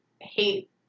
hate